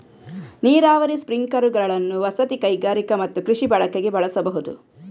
ನೀರಾವರಿ ಸ್ಪ್ರಿಂಕ್ಲರುಗಳನ್ನು ವಸತಿ, ಕೈಗಾರಿಕಾ ಮತ್ತು ಕೃಷಿ ಬಳಕೆಗೆ ಬಳಸಬಹುದು